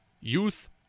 youth